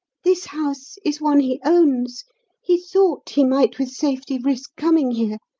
this house is one he owns he thought he might with safety risk coming here,